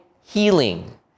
healing